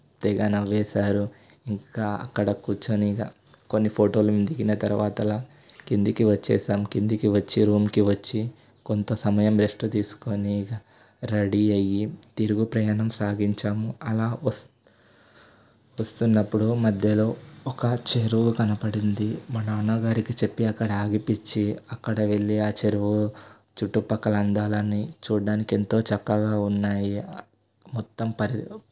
తెగ నవ్వేసారు ఇంకా అక్కడ కూర్చొని ఇక కొన్ని ఫోటోలు మేం దిగిన తరవాతలో కిందికి వచ్చేసాము క్రిందికి వచ్చి రూమ్కి వచ్చి కొంత సమయం రెస్టు తీసుకొని ఇక రెడీ అయి తిరుగు ప్రయాణం సాగించాము అలా వస్తు వస్తున్నప్పుడు మధ్యలో ఒక చెరువు కనపడింది మా నాన్నగారికి చెప్పి అక్కడ ఆగిపించి అక్కడ వెళ్ళి ఆ చెరువు చుట్టు ప్రక్కల అందాలన్నీ చూడ్డానికి ఎంతో చక్కగా ఉన్నాయి మొత్తం పరి